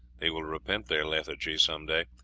they will repent their lethargy some day,